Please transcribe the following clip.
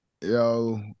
Yo